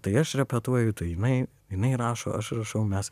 tai aš repetuoju tai jinai jinai rašo aš rašau mes